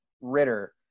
Ritter